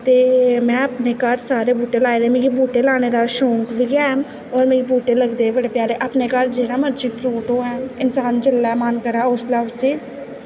ते में अपने घर सारे बूह्टे लाए दे मिगी बूह्टे लानें दा शौंक बी ऐ ओह् नेह् बूह्टे लगदे बी बड़े प्यारे अपनै घर जेह्ड़ा मर्जी फ्रूट होऐ इंसान जिसलै मन होऐ उसलै उस्सी